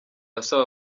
asaba